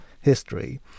history